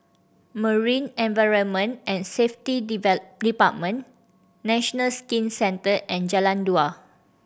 Marine Environment and Safety Department National Skin Centre and Jalan Dua